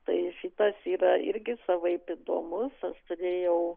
tai šitas yra irgi savaip įdomus aš turėjau